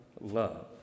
love